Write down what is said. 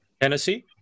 Tennessee